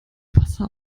wasser